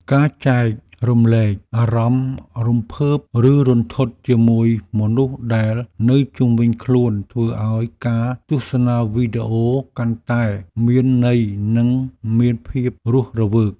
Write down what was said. ការចែករំលែកអារម្មណ៍រំភើបឬរន្ធត់ជាមួយមនុស្សដែលនៅជុំវិញខ្លួនធ្វើឱ្យការទស្សនាវីដេអូកាន់តែមានន័យនិងមានភាពរស់រវើក។